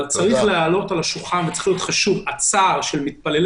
אבל צריך להעלות על השולחן שהצער של מתפללי